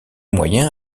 moyen